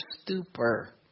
stupor